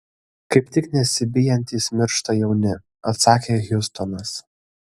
kaip tik nesibijantys miršta jauni atsakė hjustonas